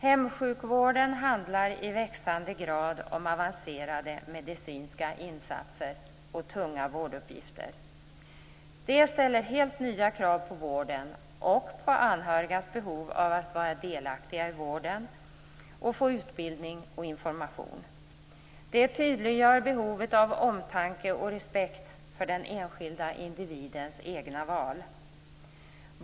Hemsjukvård handlar i växande grad om avancerade medicinska insatser och tunga vårduppgifter. Det ställer helt nya krav på vården och på anhörigas behov av att vara delaktiga i vården och få utbildning och information. Det tydliggör behovet av omtanke och respekt för den enskilda individens egna val.